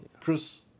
Chris